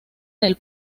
del